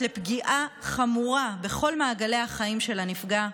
לפגיעה חמורה בכל מעגלי החיים של הנפגע,